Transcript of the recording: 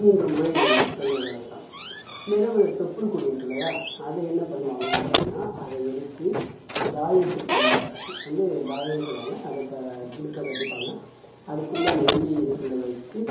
மூன்று முறை சொல்வது வழக்கம் மேலும் அந்த தொப்புள் கொடி இருக்கு இல்லையா அதை என்ன பண்ணுவாங்க அப்படினா அதை எடுத்து தாயத்துக்குள்ளே வந்து தாயம்னு சொல்லுவாங்க அதை இடுப்பில் கட்டிப்பாங்க அதுக்குள்ளே அந்த வெள்ளி இதுக்குள்ளே வச்சு